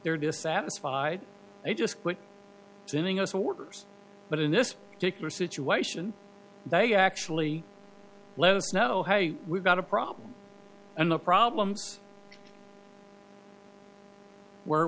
they're dissatisfied they just quit sending us orders but in this particular situation they actually let us know hey we've got a problem and the problems were